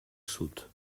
sud